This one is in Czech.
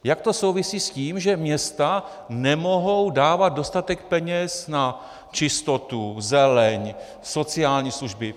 Jak to souvisí s tím, že města nemohou dávat dostatek peněz na čistotu, zeleň, sociální služby?